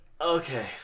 Okay